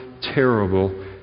terrible